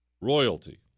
royalty